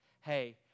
Hey